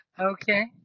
Okay